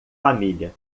família